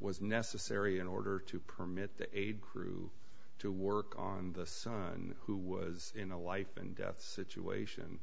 was necessary in order to permit the aid crew to work on the son who was in a life and death situation